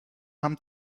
amb